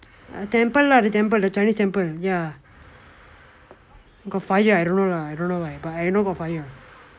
a temple lah a temple the chinese temple ya got fire I don't know lah I don't know why but I know got fire